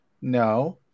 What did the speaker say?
No